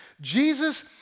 Jesus